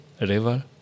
river